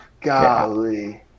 golly